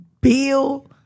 Bill